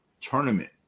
tournament